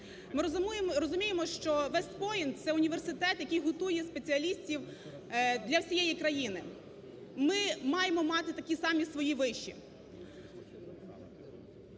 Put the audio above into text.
Ми розуміємо, що Вест-Пойнт – це університет, який готує спеціалістів для всієї країни. Ми маємо мати такі самі свої виші.